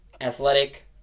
Athletic